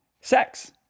sex